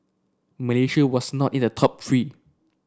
Malaysia was not in the top three